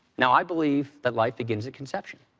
now, i believe that life begins at conception.